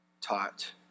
taught